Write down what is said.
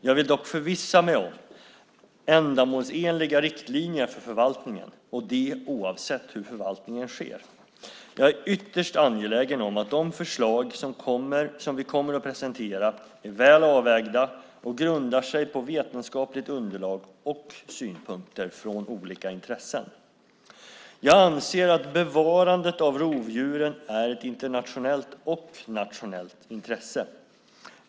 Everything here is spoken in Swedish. Jag vill dock förvissa mig om ändamålsenliga riktlinjer för förvaltningen och det oavsett hur förvaltningen sker. Jag är ytterst angelägen om att de förslag som vi kommer att presentera är väl avvägda och grundar sig på vetenskapligt underlag och synpunkter från olika intressen. Jag anser att bevarandet av rovdjuren är ett internationellt och nationellt intresse.